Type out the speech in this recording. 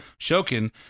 Shokin